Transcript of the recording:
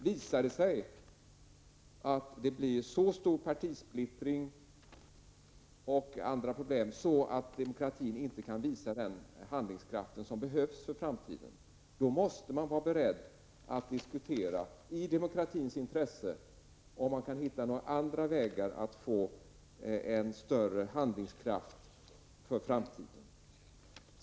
Visar det sig att det blir en så stor partisplittring och andra problem att demokratin inte får den handlingskraft som behövs för framtiden, måste man vara beredd att i demokratins intresse diskutera om det finns andra vägar att gå för att få en större handlingskraft för framtiden.